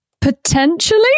potentially